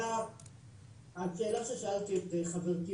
השאלה ששאלתי את חברתי,